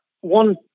one